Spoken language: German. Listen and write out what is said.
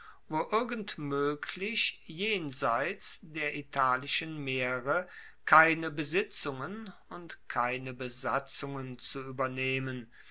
irgend moeglich jenseits der italischen meere keine besitzungen und keine besatzungen zu uebernehmen